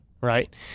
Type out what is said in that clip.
right